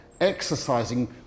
exercising